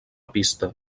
pista